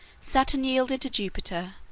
saturn yielded to jupiter,